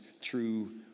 true